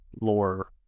lore